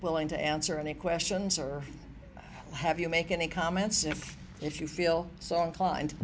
willing to answer any questions or have you make any comments if if you feel so inclined